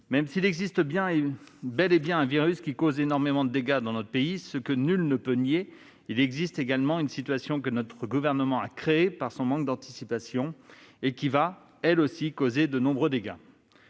Même s'il existe bel et bien un virus qui cause énormément de dégâts dans notre pays, ce que nul ne peut nier, il existe également une situation que le Gouvernement a créée par son manque d'anticipation et qui va, elle aussi, causer de nombreux dégâts.